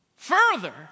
Further